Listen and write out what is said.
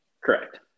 correct